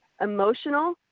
emotional